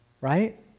Right